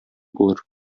булыр